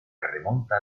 remonta